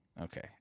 Okay